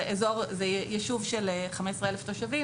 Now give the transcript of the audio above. יישוב של 15,000 תושבים,